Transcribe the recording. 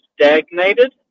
stagnated